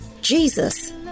jesus